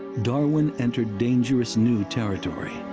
darwin entered dangerous new territory.